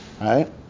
right